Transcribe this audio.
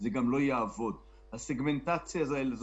כך גם לגבי תוכנית האסטרטגיה ליציאה,